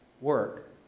work